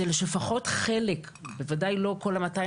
זה שיעשו את זה לפחות חלק בוודאי לא כל ה-250